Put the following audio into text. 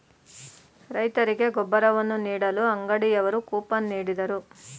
ರೈತರಿಗೆ ಗೊಬ್ಬರವನ್ನು ನೀಡಲು ಅಂಗಡಿಯವರು ಕೂಪನ್ ನೀಡಿದರು